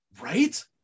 Right